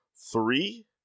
three